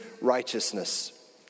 righteousness